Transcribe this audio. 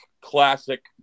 classic